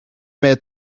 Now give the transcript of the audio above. med